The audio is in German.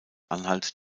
anhalt